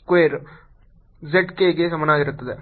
square z k ಗೆ ಸಮಾನವಾಗಿರುತ್ತದೆ